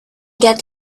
get